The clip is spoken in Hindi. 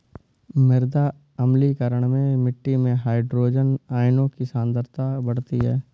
मृदा अम्लीकरण में मिट्टी में हाइड्रोजन आयनों की सांद्रता बढ़ती है